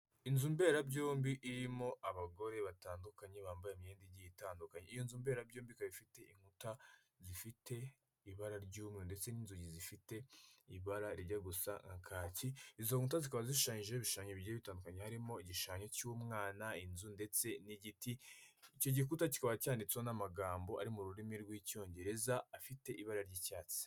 Inzu mberabyombi irimo abagore batandukanye, bambaye imyenda igiye itandukanye. Iyo nzu mberabyombi ikaba ifite inkuta zifite ibara ry'umweru ndetse n'inzugi zifite ibara rijya gusa nka kacyi, izo nkuta zikaba zishushanyijeho ibishushanyo bigiye bitandukanye harimo igishushanyo cy'umwana, inzu ndetse n'igiti, icyo gikuta kikaba cyanditsweho n'amagambo ari mu rurimi rw'icyongereza afite ibara ry'icyatsi.